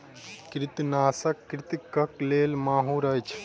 कृंतकनाशक कृंतकक लेल माहुर अछि